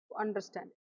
understand